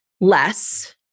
less